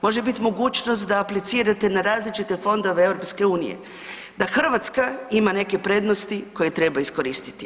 Može biti mogućnost da aplicirate na različite fondove EU, da Hrvatska ima neke prednosti koje treba iskoristiti.